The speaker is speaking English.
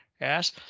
Yes